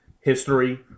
history